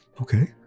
Okay